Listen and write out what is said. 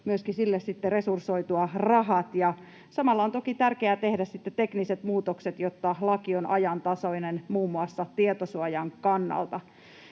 ja myöskin resursoitua rahat sille. Samalla on toki tärkeää tehdä tekniset muutokset, jotta laki on ajantasainen muun muassa tietosuojan kannalta.